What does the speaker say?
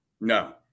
No